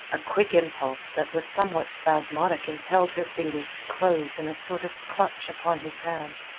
a quick impulse that was somewhat spasmodic impelled her fingers to close in a sort of clutch upon his hand.